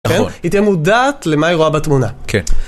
היא תהיה מודעת למה היא רואה בתמונה.